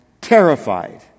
terrified